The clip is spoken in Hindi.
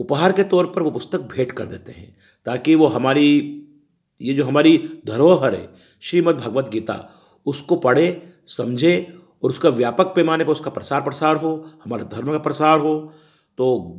उपहार के तौर पर वह पुस्तक भेंट कर देते हैं ताकि वह हमारी यह जो हमारी धरोहर है श्रीमद्भगवद्गीता उसको पढ़े समझे और उसका व्यापक पैमाने उसका प्रसार प्रसार हो हमारा धर्म का प्रसार हो तो